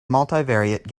multivariate